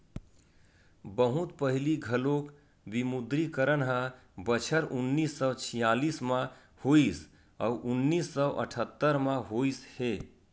बहुत पहिली घलोक विमुद्रीकरन ह बछर उन्नीस सौ छियालिस म होइस अउ उन्नीस सौ अठत्तर म होइस हे